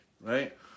right